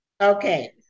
okay